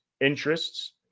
interests